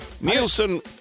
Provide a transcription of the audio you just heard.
Nielsen